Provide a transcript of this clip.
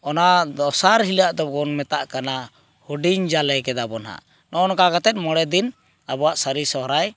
ᱚᱱᱟ ᱫᱚᱥᱟᱨ ᱦᱤᱞᱳᱜ ᱫᱚᱵᱚᱱ ᱢᱮᱛᱟᱜ ᱠᱟᱟᱱ ᱦᱩᱰᱤᱝ ᱡᱟᱞᱮ ᱠᱮᱫᱟᱵᱚᱱ ᱦᱟᱸᱜ ᱱᱚᱜᱼᱚ ᱱᱚᱝᱠᱟ ᱠᱟᱛᱮᱫ ᱢᱚᱬᱮ ᱫᱤᱱ ᱟᱵᱚᱣᱟᱜ ᱥᱟᱹᱨᱤ ᱥᱚᱦᱚᱨᱟᱭ